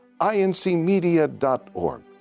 incmedia.org